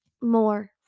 more